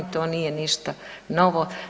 To nije ništa novo.